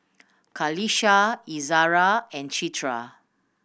Qalisha Izzara and Citra